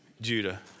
Judah